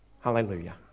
Hallelujah